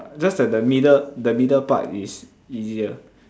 just that the middle the middle part is easier